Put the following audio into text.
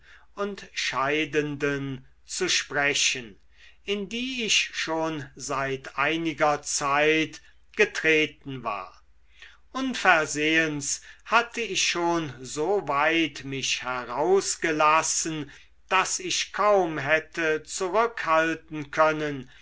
und scheidenden zu sprechen in die ich schon seit einiger zeit getreten war unversehens hatte ich schon so weit mich herausgelassen daß ich kaum hätte zurückhalten können